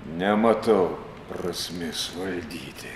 nematau prasmės valdyti